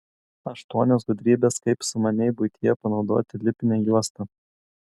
aštuonios gudrybės kaip sumaniai buityje panaudoti lipnią juostą